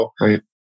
right